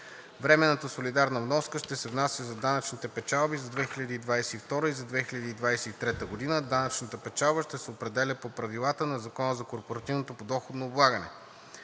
Временната солидарна вноска ще се внася за данъчните печалби за 2022-а и за 2023 г. Данъчната печалба ще се определя по правилата на Закона за корпоративното подоходно облагане.